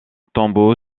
tombeau